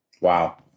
Wow